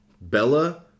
Bella